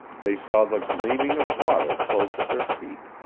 they saw the gleaming of water close at their feet,